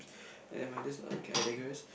and minus the K I digress